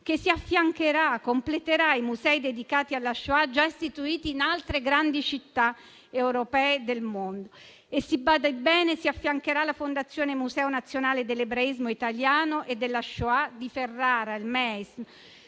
che affiancherà e completerà i musei dedicati alla Shoah già istituiti in altre grandi città europee e del mondo e - si badi bene - si affiancherà alla fondazione Museo nazionale dell'ebraismo italiano e della Shoah di Ferrara, non